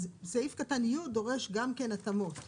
אז סעיף קטן (י) דורש גם התאמות.